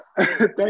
thank